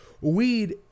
weed